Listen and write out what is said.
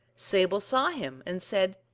sable saw him, and said,